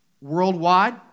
worldwide